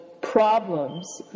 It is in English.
problems